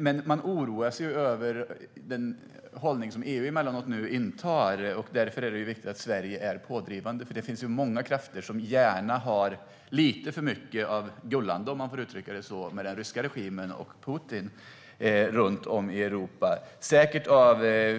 Men jag oroar mig över den hållning som EU emellanåt intar. Därför är det viktigt att Sverige är pådrivande eftersom det finns många krafter i Europa som gärna lite för mycket "gullar" med den ryska regimen och Putin. Det är säkert av